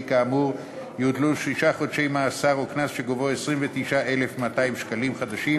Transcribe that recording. כאמור יוטלו שישה חודשי מאסר או קנס שגובהו 29,200 שקלים חדשים,